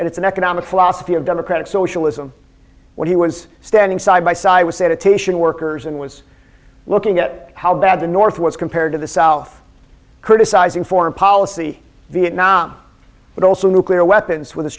and it's an economic philosophy of democratic socialism what he was standing side by side with sanitation workers and was looking at how bad the north was compared to the south criticizing foreign policy vietnam but also nuclear weapons with